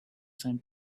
sand